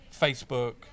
facebook